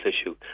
issue